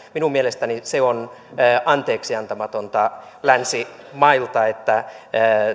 minun mielestäni se on anteeksiantamatonta länsimailta että